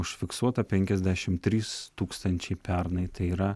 užfiksuota penkiasdešim trys tūkstančiai pernai tai yra